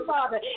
Father